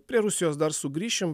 prie rusijos dar sugrįšim